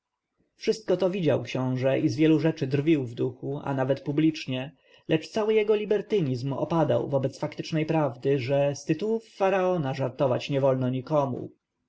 wszystko to widział książę i z wielu rzeczy drwił w duchu a nawet publicznie lecz cały jego libertynizm upadał wobec faktycznej prawdy że z tytułów faraona żartować nie wolno nikomu